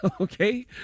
Okay